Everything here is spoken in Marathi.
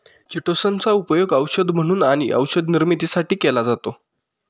चिटोसन चा उपयोग औषध म्हणून आणि औषध निर्मितीसाठी केला जातो